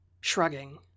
Shrugging